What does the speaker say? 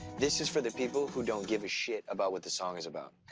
this is for the people who don't give a shit about what the song is about.